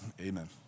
Amen